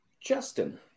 Justin